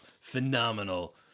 phenomenal